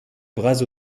bras